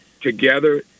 together